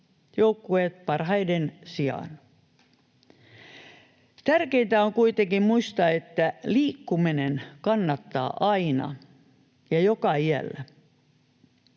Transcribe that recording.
joukkueet parhaiden sijaan. Tärkeintä on kuitenkin muistaa, että liikkuminen kannattaa aina ja joka iällä.